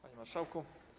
Panie Marszałku!